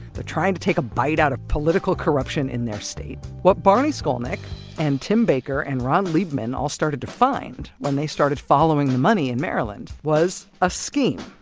trying to take a bite out of political corruption in their state what barney skolnik and tim baker and ron liebman all started to find when they started following the money in maryland, was a scheme.